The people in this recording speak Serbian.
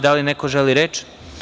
Da li neko želi reč?